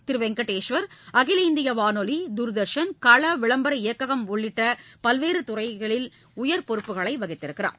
திரு வெங்கடேஸ்வர் அகில இந்திய வானொலி தூர்தர்ஷன் கள விளம்பர இயக்ககம் உள்ளிட்ட பல்வேறு துறைகளில் உயர் பொறுப்புகளை வகித்துள்ளார்